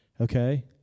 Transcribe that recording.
okay